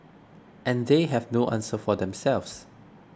and they have no answer for themselves